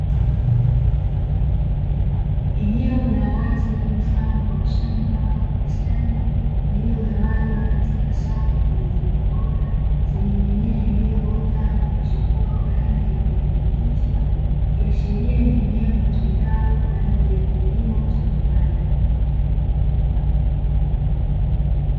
Eneo la wazi mfano wa shamba au bustani, lililogawanywa katika safu zilizonyooka, zenye mimea iliyoota na kuchipua kwa rangi ya kijani kibichi, ikiashiria ni eneo litumikalo kwa ajili ya kilimo cha viwanda.